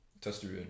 Testosterone